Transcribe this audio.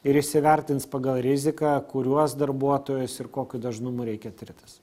ir įsivertins pagal riziką kuriuos darbuotojus ir kokiu dažnumu reikia tirtis